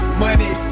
money